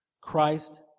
Christ